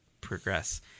progress